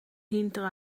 hinter